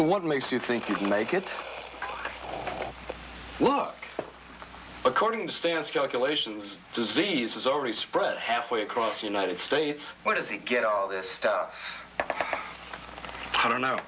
what makes you think you can make it look according to stan's calculations disease is already spread half way across united states where does it get all this stuff i don't know